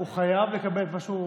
הוא חייב לקבל את מה שהוא,